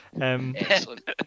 Excellent